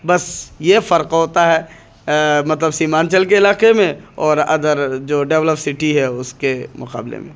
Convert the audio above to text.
بس یہ فرق ہوتا ہے مطلب سیمانچل کے علاقے میں اور ادر جو ڈیولپ سٹی ہے اس کے مقابلے میں